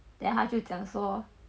then 他就讲说